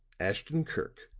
ashton-kirk,